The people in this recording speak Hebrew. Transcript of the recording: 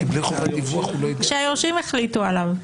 אם היורשים החליטו עליו,